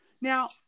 Now